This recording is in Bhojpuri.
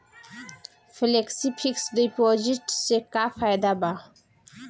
फेलेक्सी फिक्स डिपाँजिट से का फायदा भा?